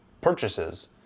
purchases